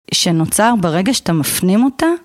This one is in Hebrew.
שנוצר ברגע שאתה מפנים אותה.